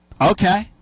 Okay